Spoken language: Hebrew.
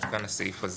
עד כאן הסעיף הזה.